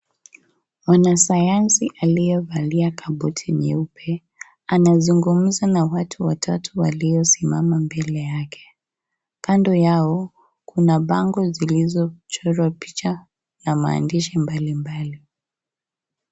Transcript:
Mwanasayansi aliyevalia gamubuti nyeupe, anazungumza na watu watatu, waliosimama mbele yake. Kando yao, kuna bango zilizochorwa picha na mandishi mbalimbali.